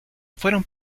fueron